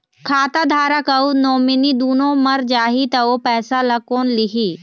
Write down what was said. खाता धारक अऊ नोमिनि दुनों मर जाही ता ओ पैसा ला कोन लिही?